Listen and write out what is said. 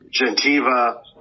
Gentiva